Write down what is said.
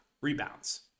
rebounds